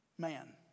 Man